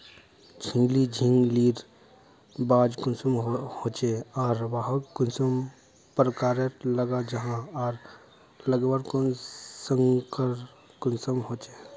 झिंगली झिंग लिर बीज कुंसम होचे आर वाहक कुंसम प्रकारेर लगा जाहा आर लगवार संगकर कुंसम होचे?